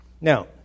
Now